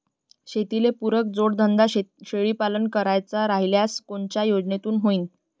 शेतीले पुरक जोडधंदा शेळीपालन करायचा राह्यल्यास कोनच्या योजनेतून होईन?